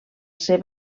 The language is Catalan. ser